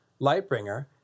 Lightbringer